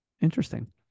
Interesting